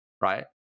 right